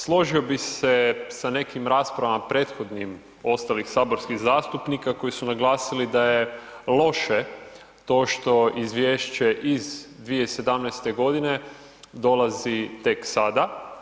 Složio bih se sa nekim raspravama prethodnih ostalih saborskih zastupnika koji su naglasili da je loše to što Izvješće iz 2017. godine dolazi tek sada.